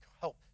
help